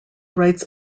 writes